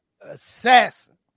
assassin